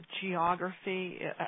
geography